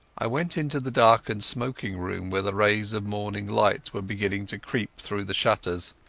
i went into the darkened smoking-room where the rays of morning light were beginning to creep through the shutters.